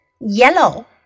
Yellow